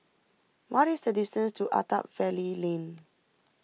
what is the distance to Attap Valley Lane